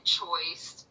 choice